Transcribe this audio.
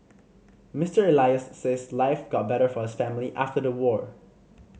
Mister Elias says life got better for his family after the war